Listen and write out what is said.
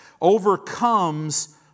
overcomes